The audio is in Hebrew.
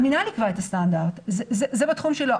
המינהל יקבע את הסטנדרט, זה בתחום שלו.